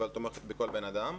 אבל תומכת בכל בן אדם.